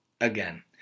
Again